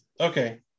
Okay